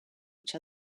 each